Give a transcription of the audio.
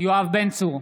יואב בן צור,